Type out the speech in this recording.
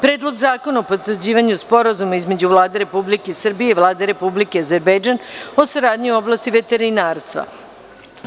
Predlog zakona o potvrđivanju Sporazuma između Vlade Republike Srbije i Vlade Republike Azerbejdžan o saradnji u oblasti veterinarstva; 23.